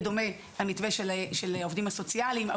דומה למתווה של העובדים הסוציאליים.